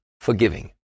forgiving